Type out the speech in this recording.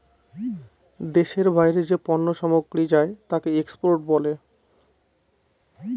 দেশের বাইরে যে পণ্য সামগ্রী যায় তাকে এক্সপোর্ট বলে